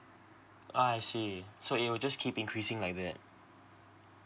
ah I see so it will just keep increasing like that